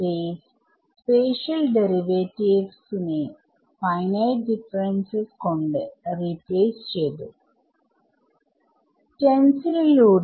space spatial derivatives നെ finite ഡിഫറെൻസസ്കൊണ്ട് replace ചെയ്തു സ്റ്റെൻസിലിലൂടെ